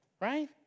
right